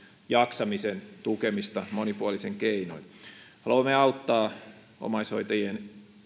jaksamisen tukemista monipuolisin keinoin haluamme auttaa omaishoitajien